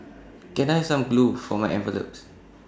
can I some glue for my envelopes